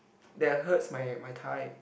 that hurts my my tie